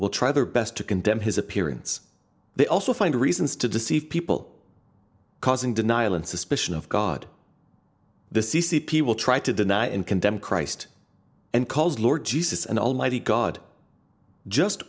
will try their best to condemn his appearance they also find reasons to deceive people causing denial and suspicion of god the c c p will try to deny and condemn christ and calls lord jesus and almighty god just